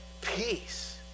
peace